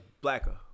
blacker